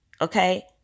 okay